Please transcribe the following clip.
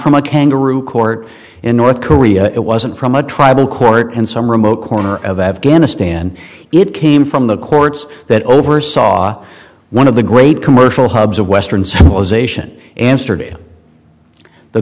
from a kangaroo court in north korea it wasn't from a tribal court and some remote corner of afghanistan it came from the courts that oversaw one of the great commercial hubs of western civilization amsterdam the